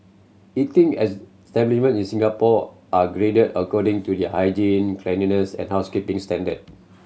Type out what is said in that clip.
eating establishment in Singapore are graded according to their hygiene cleanliness and housekeeping standard